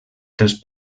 dels